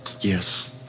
Yes